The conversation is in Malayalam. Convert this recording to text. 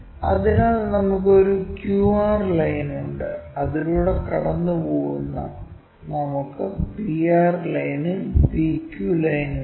അതിനാൽ നമുക്ക് ഒരു QR ലൈൻ ഉണ്ട് അതിലൂടെ കടന്നുപോകുന്ന നമുക്ക് P R ലൈനും PQ ലൈനുമുണ്ട്